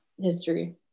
history